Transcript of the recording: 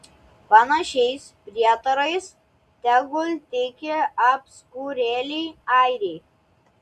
panašiais prietarais tegul tiki apskurėliai airiai